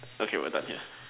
okay we're done here